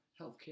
healthcare